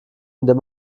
indem